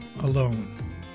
alone